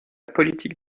politique